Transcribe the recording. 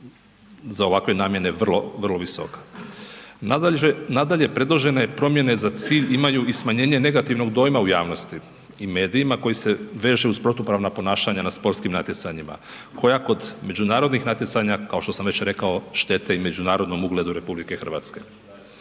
za ovakve namjene vrlo visoka. Nadalje, predložene promjene za cilj imaju i smanjenje negativnog dojma u javnosti i medijima koji se veže uz protupravna ponašanja na sportskim natjecanjima koja kod međunarodnih natjecanja kao što sam već rekao, štete i međunarodnom ugledu RH.